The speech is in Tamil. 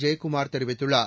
ஜெயக்குமார் தெரிவித்துள்ளார்